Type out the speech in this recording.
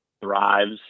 thrives